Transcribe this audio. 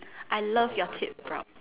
I love your thick brows